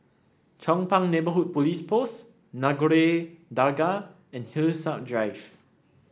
Chong Pang Neighbourhood Police Post Nagore Dargah and Hillside Drive